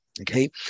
Okay